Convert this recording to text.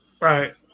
Right